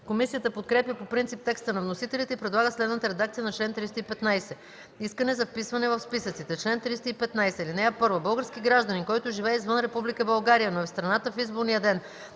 Комисията подкрепя по принцип текста на вносителите и предлага следната редакция на чл. 315: „Искане за вписване в списъците Чл. 315. (1) Български гражданин, който живее извън Република България, но е в страната в изборния ден,